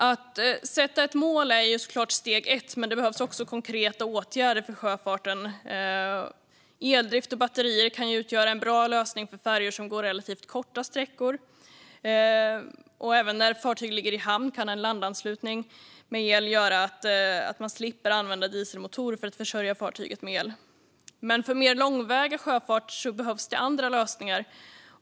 Att sätta ett mål är såklart steg ett, men det behövs också konkreta åtgärder för sjöfarten. Eldrift och batterier kan utgöra en bra lösning för färjor som går relativt korta sträckor. Även när fartyg ligger i hamn kan en landanslutning med el göra att man slipper använda dieselmotorer för att försörja fartyget med el. Men för mer långväga sjöfart behövs andra lösningar.